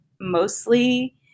mostly